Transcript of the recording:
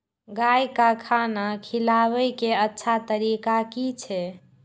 गाय का खाना खिलाबे के अच्छा तरीका की छे?